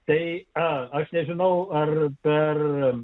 tai aš nežinau ar per